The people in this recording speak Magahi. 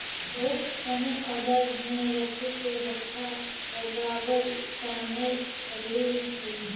बहुत सनी औजार में लकड़ी के हत्था लगावल जानए लगले हई